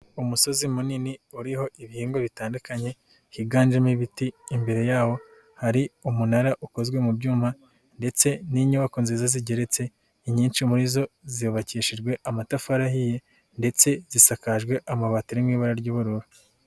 Umusozi munini uriho ibihingwa bitandukanye higanjemo ibiti, imbere yawo hari umunara ukozwe mu byuma ndetse n'inyubako nziza zigeretse inyinshi muri zo zubakishijwe amatafari ahiye ndetse zisakajwe amabati ari mu ibara ry'ubururu.